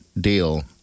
deal